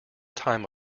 time